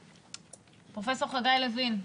פרופ' חגי לוין.